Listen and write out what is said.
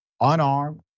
unarmed